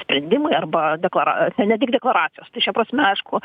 sprendimai arba deklara ne tik deklaracijos tai šia prasme aišku